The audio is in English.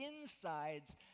insides